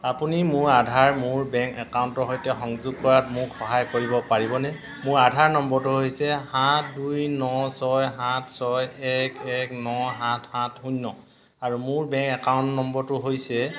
আপুনি মোৰ আধাৰ মোৰ বেংক একাউণ্টৰ সৈতে সংযোগ কৰাত মোক সহায় কৰিব পাৰিবনে মোৰ আধাৰ নম্বৰটো হৈছে সাত দুই ন ছয় সাত ছয় এক এক ন সাত সাত শূন্য আৰু মোৰ বেংক একাউণ্ট নম্বৰটো হৈছে